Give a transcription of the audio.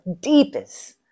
deepest